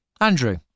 Andrew